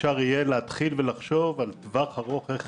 אפשר יהיה להתחיל ולחשוב על הטווח הארוך: איך